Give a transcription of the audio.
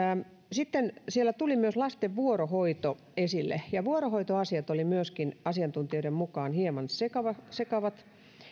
sitten siellä tuli myös lasten vuorohoito esille vuorohoitoasiat olivat myöskin asiantuntijoiden mukaan hieman sekavat sekavat